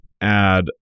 add